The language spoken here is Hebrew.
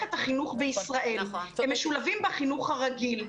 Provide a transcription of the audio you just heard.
במערכת החינוך בישראל, הם משולבים בחינוך הרגיל.